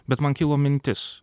bet man kilo mintis